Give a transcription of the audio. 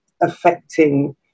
affecting